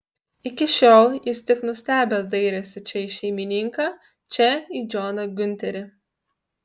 iki šiol jis tik nustebęs dairėsi čia į šeimininką čia į džoną giunterį